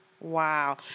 Wow